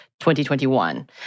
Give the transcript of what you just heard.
2021